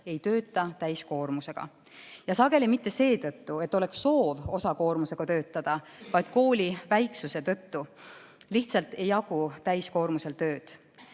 ei tööta täiskoormusega, ja sageli mitte seetõttu, et oleks soov osakoormusega töötada, vaid kooli väiksuse tõttu lihtsalt ei jagu täiskoormusega tööd.